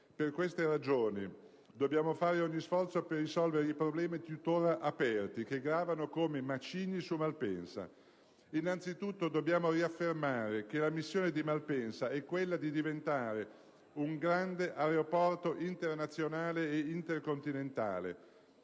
Per queste ragioni, dobbiamo fare ogni sforzo per risolvere i problemi tuttora aperti, che gravano come macigni su Malpensa. Innanzitutto, dobbiamo riaffermare che la missione di Malpensa è quella di diventare un grande aeroporto internazionale e intercontinentale.